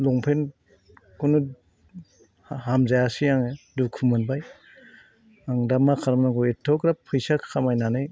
लंपेन्टखौनो हामजायासै आङो दुखु मोनबाय आं दा मा खालामनांगौ एफाग्राब फैसा खामायनानै